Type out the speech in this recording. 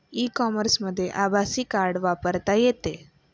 E कॉमर्समध्ये आभासी card वापरता येते